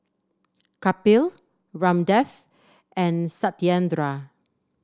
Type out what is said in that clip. Kapil Ramdev and Satyendra